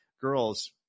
girls